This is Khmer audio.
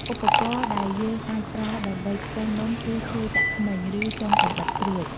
ឧបករណ៍ដែលយើងអាចប្រើដើម្បីឆ្កឹះនំ គឺឈើចាក់ធ្មេញ ឬចុងកាំបិតស្រួច។